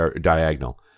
diagonal